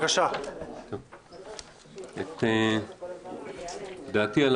את דעתי על